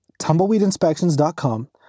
tumbleweedinspections.com